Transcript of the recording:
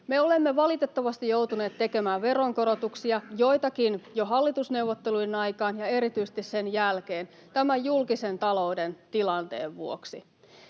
olemme valitettavasti joutuneet tekemään veronkorotuksia, joitakin jo hallitusneuvotteluiden aikaan ja erityisesti sen jälkeen, tämän julkisen talouden tilanteen vuoksi.